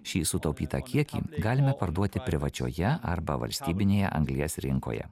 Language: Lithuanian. šį sutaupytą kiekį galima parduoti privačioje arba valstybinėje anglies rinkoje